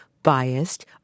biased